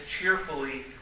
cheerfully